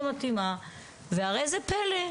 והרי זה פלא,